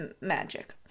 magic